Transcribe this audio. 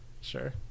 Sure